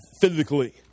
physically